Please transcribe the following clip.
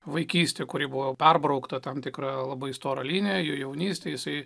vaikystėje kuri buvo perbraukta tam tikra labai stora linija jo jaunystėje jisai